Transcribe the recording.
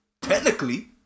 technically